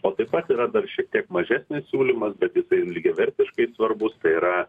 o taip pat yra dar šiek tiek mažesnis siūlymas bet jisai lygiavertiškai svarbus tai yra